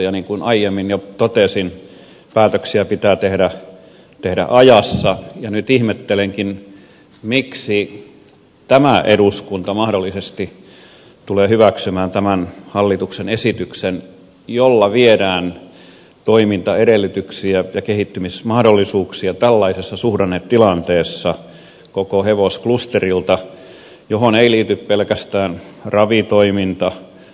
niin kuin aiemmin jo totesin päätöksiä pitää tehdä ajassa ja nyt ihmettelenkin miksi tämä eduskunta mahdollisesti tulee hyväksymään tämän hallituksen esityksen jolla viedään toimintaedellytyksiä ja kehittymismahdollisuuksia tällaisessa suhdannetilanteessa koko hevosklusterilta johon ei liity pelkästään ravitoiminta